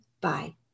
Bye